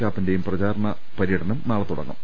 കാപ്പന്റേയും പ്രചാരണ പര്യടനം നാളെ തുട ങ്ങും